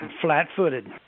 flat-footed